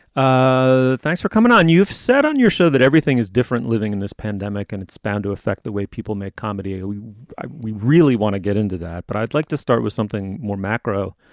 ah thanks for coming on. you've set on your show that everything is different living in this pandemic and it's bound to affect the way people make comedy. and we we really want to get into that. but i'd like to start with something more macro,